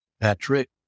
Patrick